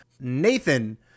Nathan